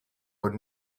aux